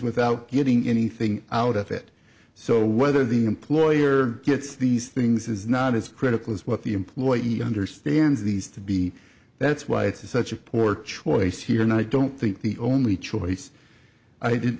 without getting anything out of it so whether the employer gets these things is not as critical as what the employee understands these to be that's why it's such a poor choice here and i don't think the only choice i didn't